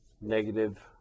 negative